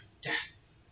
death